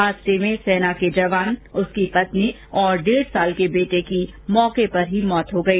हादसे में सेना के जवान उसकी पत्नी और डेढ़ साल के बेटे की मौके पर ही मौत हो गई